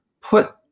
put